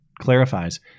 clarifies